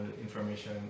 information